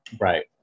right